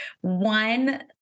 one